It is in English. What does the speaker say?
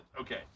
okay